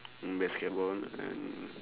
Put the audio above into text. basketball and